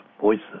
voices